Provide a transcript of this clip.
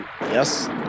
yes